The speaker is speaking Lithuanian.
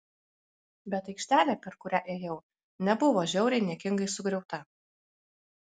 bet aikštelė per kurią ėjau nebuvo žiauriai niekingai sugriauta